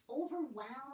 overwhelmed